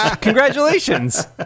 congratulations